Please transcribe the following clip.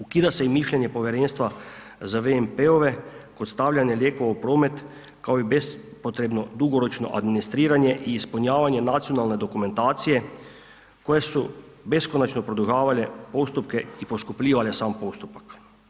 Ukida se i mišljenje povjerenstva za VMP-ove kod stavljanja lijekova u promet kao i bespotrebno dugoročno administriranje i ispunjavanje nacionalne dokumentacije koje su beskonačno produžavale postupke i poskupljivale sam postupak.